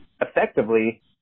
effectively